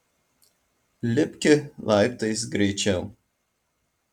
lipki laiptais greičiau